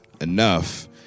enough